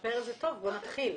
לשפר זה טוב, בואו נתחיל.